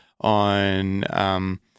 on